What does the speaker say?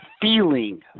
feeling